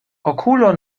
okulo